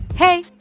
Hey